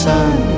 Sun